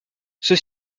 ceux